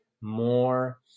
more